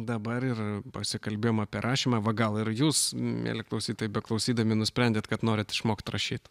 dabar ir pasikalbėjom apie rašymą va gal ir jūs mieli klausytojai beklausydami nusprendėt kad norit išmokt rašyt